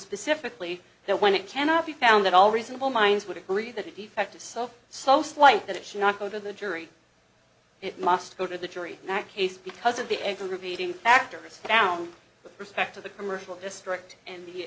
specifically that when it cannot be found at all reasonable minds would agree that effect is so so slight that it should not go to the jury it must go to the jury in that case because of the a contributing factors down with respect to the commercial district and the